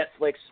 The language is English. Netflix